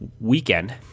weekend